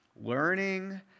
learning